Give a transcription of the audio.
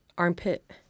Armpit